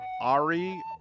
Ari